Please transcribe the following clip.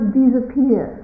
disappear